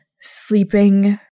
sleeping